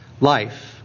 life